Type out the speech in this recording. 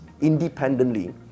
independently